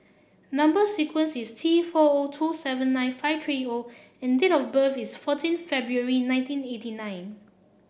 number sequence is T four O two seven nine five three O and date of birth is fourteen February nineteen eighty nine